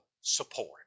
support